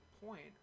point